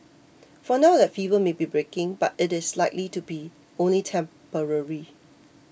for now that fever may be breaking but it is likely to be only temporary